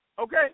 okay